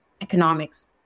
economics